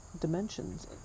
dimensions